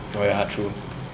oh ya true